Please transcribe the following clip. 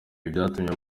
byatumye